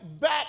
back